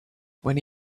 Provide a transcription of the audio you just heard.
when